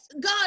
God